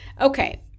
okay